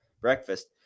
breakfast